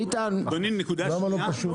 אדוני, נקודה שנייה.